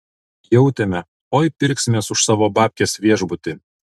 jautėme oi pirksimės už savo babkes viešbutį